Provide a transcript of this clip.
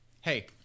hey